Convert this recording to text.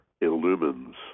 illumines